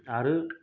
आरो